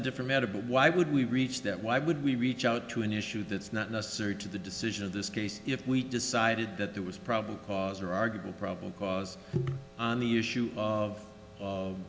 a different matter but why would we reach that why would we reach out to an issue that's not necessary to the decision of this case if we decided that there was probably cause or argument probably because on the issue of